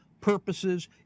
purposes